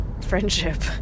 Friendship